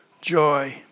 joy